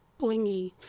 blingy